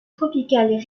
tropicales